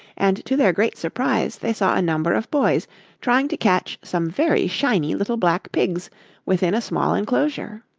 and to their great surprise they saw a number of boys trying to catch some very shiny little black pigs within a small enclosure.